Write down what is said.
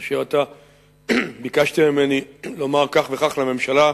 כאשר אתה ביקשת ממני לומר כך וכך לממשלה,